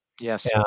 Yes